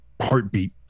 Heartbeat